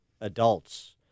adults